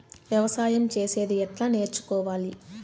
వ్యవసాయం చేసేది ఎట్లా నేర్చుకోవాలి?